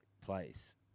place